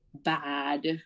bad